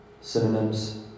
synonyms